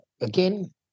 Again